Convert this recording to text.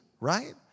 right